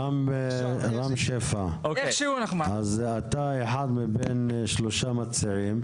רם שפע, אתה אחד משלושת המציעים.